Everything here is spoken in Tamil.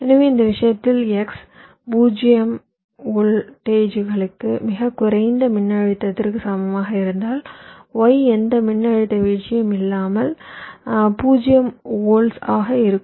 எனவே இந்த விஷயத்தில் X 0 வோல்ட்டுகளுக்கு மிகக் குறைந்த மின்னழுத்தத்திற்கு சமமாக இருந்தால் Y எந்த மின்னழுத்த வீழ்ச்சியும் இல்லாமல் 0 வோல்ட் ஆக இருக்கும்